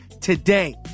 today